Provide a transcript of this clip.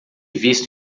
visto